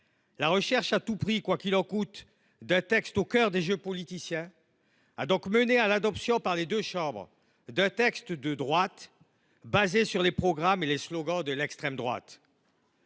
la recherche à tout prix, quoi qu’il en coûte, d’un texte au cœur de jeux politiciens a donc mené à l’adoption par les deux chambres d’un texte de droite fondé sur les programmes et les slogans de l’extrême droite.